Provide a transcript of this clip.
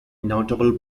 notable